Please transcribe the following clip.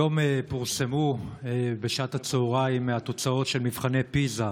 היום פורסמו בשעת הצוהריים התוצאות של מבחני פיז"ה,